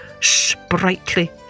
sprightly